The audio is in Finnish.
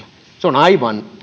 se on aivan